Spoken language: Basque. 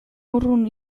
urrun